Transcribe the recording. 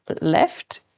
left